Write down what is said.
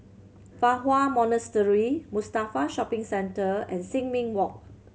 Fa Hua Monastery Mustafa Shopping Centre and Sin Ming Walk